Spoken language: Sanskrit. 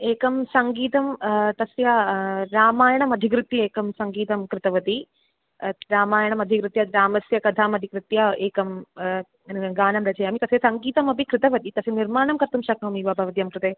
एकं सङ्गीतं तस्य रामायणमधिकृत्य एकं सङ्गीतं कृतवती रामायणमधिकृत्य रामस्य कथाम् अधिकृत्य एकं गानं रचयामि तस्य सङ्गीतमपि कृतवती तस्य निर्माणं कर्तुं शक्नोमि वा भवत्यं कृते